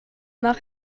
nach